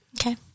Okay